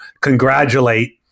congratulate